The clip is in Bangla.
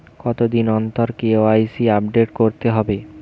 কতদিন অন্তর কে.ওয়াই.সি আপডেট করতে হবে?